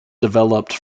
developed